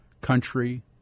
country